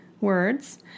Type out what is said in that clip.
words